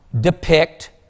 depict